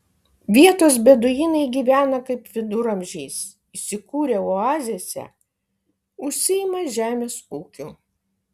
vietos beduinai gyvena kaip viduramžiais įsikūrę oazėse užsiima žemės ūkiu